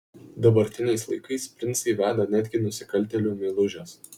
dabartiniais laikais princai veda netgi nusikaltėlių meilužes